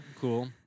cool